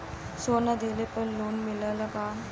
सोना दहिले पर लोन मिलल का?